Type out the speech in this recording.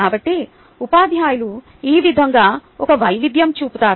కాబట్టి ఉపాధ్యాయులు ఈ విధంగా ఒక వైవిధ్యం చూపుతారు